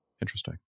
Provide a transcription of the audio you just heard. Interesting